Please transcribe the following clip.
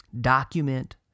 Document